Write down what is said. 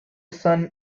son